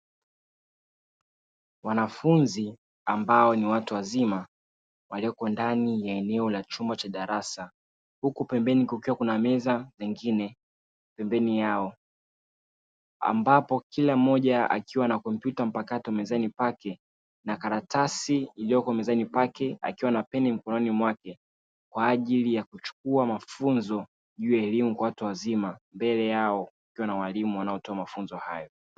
Wanafunzi ambao ni watu wazima walioko ndani ya eneo la chumba cha darasa huku pembeni kukiwa kuna meza zingine pembeni yao, ambapo kila mmoja akiwa na kompyuta mpakato mezani pake na karatasi iliyoko mezani pake akiwa na peni mkononi mwake, kwa ajili ya kuchukua mafunzo juu ya elimu kwa watu wazima mbele yao kukiwa na walimu wanaotoa mafunzo hayo.